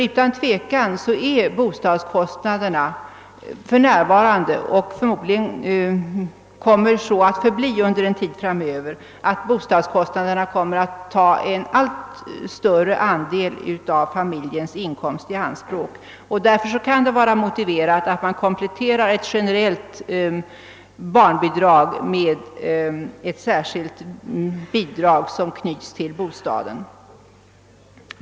Utan tvivel tar bostadskostnaderna för närvarande och kommer förmodligen under en tid framöver att ta en allt större andel av familjens kostnader i anspråk. Därför kan det vara motiverat att man kompletterar ett generellt barnbidrag med ett särskilt bidrag som knyts till bostaden.